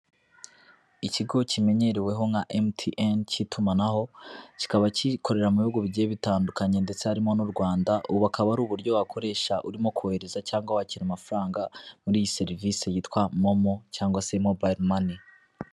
Ikigo kimenyereweho nka emutiyeni cy'itumanaho kikaba kikorera mu bihugu bigiye bitandukanye ndetse harimo n'u Rwanda, ubu akaba ari uburyo wakoresha urimo kohereza cyangwa wakira amafaranga, muri iyi serivisi yitwa momo cyangwa se mobayiromani.